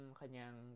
kanyang